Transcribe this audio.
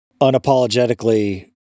unapologetically